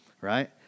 right